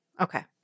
Okay